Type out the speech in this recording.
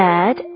Dad